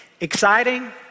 exciting